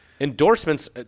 Endorsements